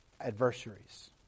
adversaries